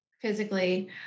physically